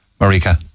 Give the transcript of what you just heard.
Marika